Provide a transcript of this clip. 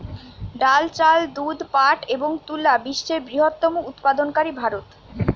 ডাল, চাল, দুধ, পাট এবং তুলা বিশ্বের বৃহত্তম উৎপাদনকারী ভারত